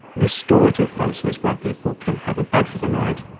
restorative places where people can have a bed for the night,